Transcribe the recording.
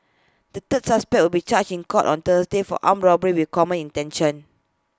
the third suspect will be charged in court on Thursday for armed robbery with common intention